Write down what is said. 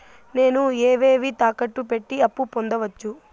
నేను ఏవేవి తాకట్టు పెట్టి అప్పు పొందవచ్చు?